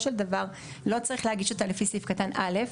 של דבר לא צריך להגיש אותה לפי סעיף קטן א',